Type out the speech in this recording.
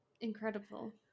Incredible